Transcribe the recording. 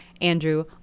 Andrew